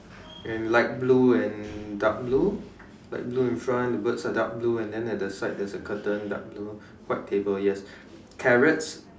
and light blue and dark blue light blue in front the birds are dark blue and then at the side there's curtain dark blue white table yes carrots